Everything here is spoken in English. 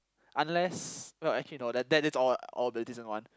unless no actually no that that is all all the decent one